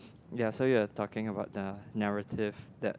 ya so you were talking about the narrative that